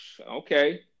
okay